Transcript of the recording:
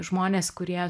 žmonės kurie